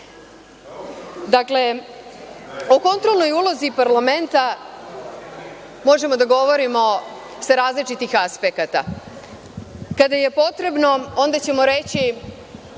SNS.Dakle, o kontrolnoj ulozi parlamenta možemo da govorimo sa različitih aspekata. Kada je potrebno, onda ćemo reći